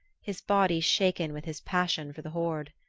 his body shaken with his passion for the hoard.